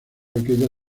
aquella